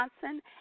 Johnson